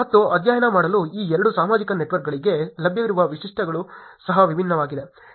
ಮತ್ತು ಅಧ್ಯಯನ ಮಾಡಲು ಈ ಎರಡು ಸಾಮಾಜಿಕ ನೆಟ್ವರ್ಕ್ಗಳಲ್ಲಿ ಲಭ್ಯವಿರುವ ವೈಶಿಷ್ಟ್ಯಗಳು ಸಹ ವಿಭಿನ್ನವಾಗಿವೆ